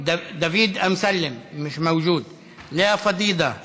דוד אמסלם, מיש מווג'וד, לאה פדידה מווג'וד,